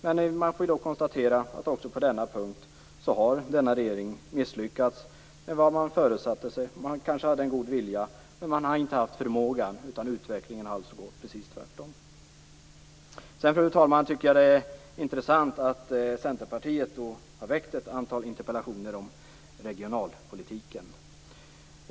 Men man får konstatera att denna regering också på denna punkt misslyckats med vad man föresatte sig. Man hade kanske en god vilja, men man har inte haft förmågan, utan utvecklingen har blivit precis tvärtom. Jag tycker att det är intressant att Centerpartiet har väckt ett antal interpellationer om regionalpolitiken.